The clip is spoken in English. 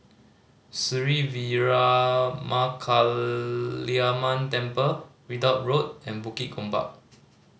Sri Veeramakaliamman Temple Ridout Road and Bukit Gombak